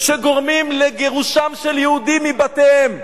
שגורמים לגירושם של יהודים מבתיהם?